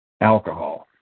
Alcohol